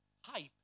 hype